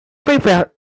prepared